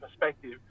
perspective